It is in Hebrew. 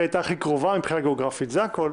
היא הייתה הכי קרובה מבחינה גיאוגרפית, זה הכול.